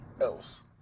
else